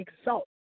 exalt